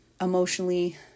Emotionally